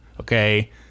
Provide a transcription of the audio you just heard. okay